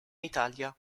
italia